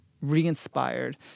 re-inspired